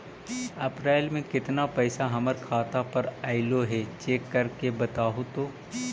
अप्रैल में केतना पैसा हमर खाता पर अएलो है चेक कर के बताहू तो?